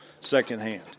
secondhand